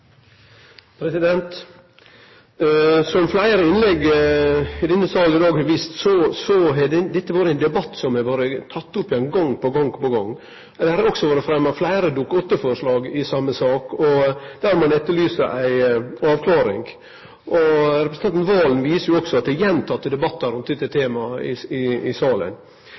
replikkordskifte. Som fleire innlegg i denne salen i dag har vist, er dette ein debatt som har blitt teke opp igjen gong på gong. Det har også blitt fremma fleire Dokument nr. 8-forslag om same sak, der ein etterlyser ei avklaring. Representanten Serigstad Valen viser også til gjentekne debattar om dette temaet i salen.